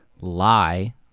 lie